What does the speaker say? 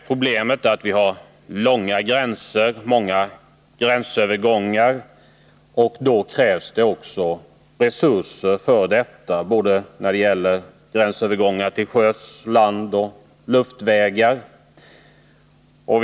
Problemet är att vi har långa gränser och många gränsövergångar. Därför krävs det också kontrollresurser, såväl när det gäller gränsövergångar till sjöss och till lands som på flygplatserna.